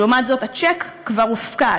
לעומת זאת, הצ'ק כבר הופקד.